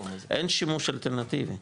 אין להם שימוש אלטרנטיבי,